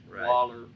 Waller